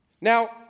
Now